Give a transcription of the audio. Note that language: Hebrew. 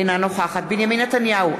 אינה נוכחת בנימין נתניהו,